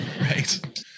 right